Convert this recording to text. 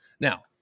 Now